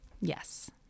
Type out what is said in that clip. Yes